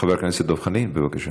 חבר הכנסת דב חנין, בבקשה.